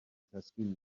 تسکین